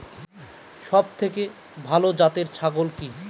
সবথেকে ভালো জাতের ছাগল কি?